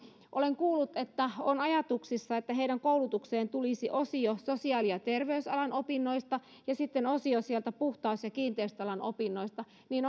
kun olen kuullut että on ajatuksissa että heidän koulutukseensa tulisi osio sosiaali ja terveysalan opinnoista ja sitten osio sieltä puhtaus ja kiinteistöalan opinnoista niin